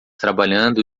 trabalhando